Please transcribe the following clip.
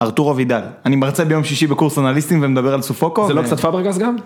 ארתורו אבידל, אני מרצה ביום שישי בקורס אנליסטים ומדבר על סופוקו, זה לא קצת פאב רגז גם?